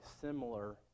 similar